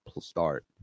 start